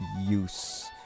use